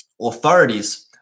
authorities